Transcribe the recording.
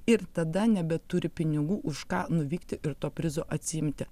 ir tada nebeturi pinigų už ką nuvykti ir to prizo atsiimti